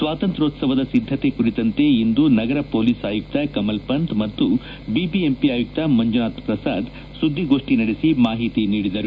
ಸ್ವಾತಂತ್ರ್ಯೋತ್ಸವದ ಸಿದ್ದತೆ ಕುರಿತಂತೆ ಇಂದು ನಗರ ಪೊಲೀಸ್ ಆಯುಕ್ತ ಕಮಲ್ಪಂಥ್ ಮತ್ತು ಬಿಬಿಎಂಪಿ ಆಯುಕ್ತ ಮಂಜುನಾಥ್ ಪ್ರಸಾದ್ ಸುದ್ದಿಗೋಷ್ಟಿ ನಡೆಸಿ ಮಾಹಿತಿ ನೀಡಿದರು